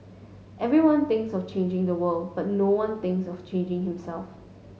everyone thinks of changing the world but no one thinks of changing himself